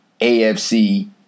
AFC